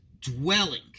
dwelling